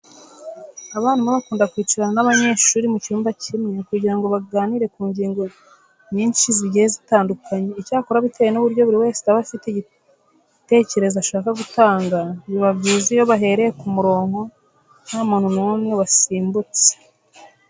Abarimu bakunda kwicarana n'abanyeshuri mu cyumba kimwe kugira ngo baganire ku ngingo nyinshi zigiye zitandukanye. Icyakora bitewe n'uburyo buri wese aba afite igitekereza ashaka gutanga, biba byiza iyo bahereye ku murongo nta muntu n'umwe basimbutse.